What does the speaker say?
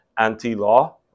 anti-law